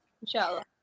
Inshallah